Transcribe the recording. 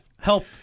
help